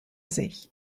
sich